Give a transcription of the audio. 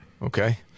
Okay